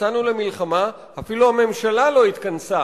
יצאנו למלחמה, אפילו הממשלה לא התכנסה